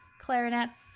Clarinets